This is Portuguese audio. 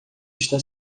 está